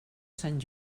sant